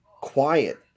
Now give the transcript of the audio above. quiet